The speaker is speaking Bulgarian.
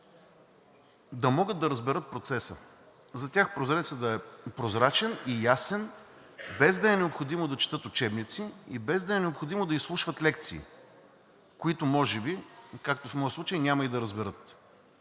да могат да разберат процеса. За тях процесът да е прозрачен и ясен, без да е необходимо да четат учебници и без да е необходимо да изслушват лекции, които, може би, както в моя случай, няма и да разберат.